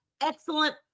excellent